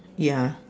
ya